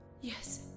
yes